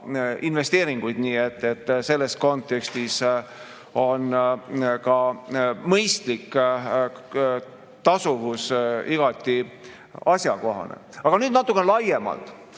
investeeringuid. Nii et selles kontekstis on mõistlik tasuvus igati asjakohane. Aga nüüd natukene laiemalt.